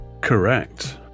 Correct